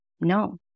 No